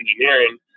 engineering